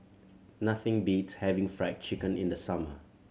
nothing beats having Fried Chicken in the summer